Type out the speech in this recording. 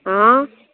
હં